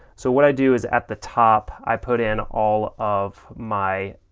so what i do is at the top i put in all of my